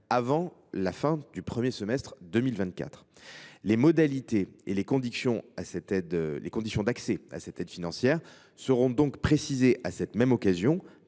avant la fin du premier semestre 2024. Les modalités et les conditions d’accès à cette aide financière seront donc précisées à cette même occasion